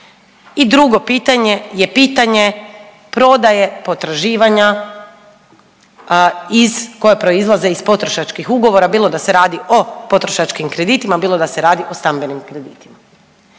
i drugo pitanje je pitanje prodaje potraživanja koja proizlaze iz potrošačkih ugovora bilo da se radi o potrošačkim kreditima, bilo da se radi o stambenim kreditima.